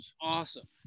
Awesome